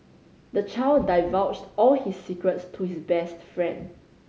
the child divulged all his secrets to his best friend